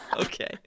okay